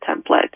template